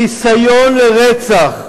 ניסיון לרצח,